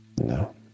No